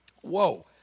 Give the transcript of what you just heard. Whoa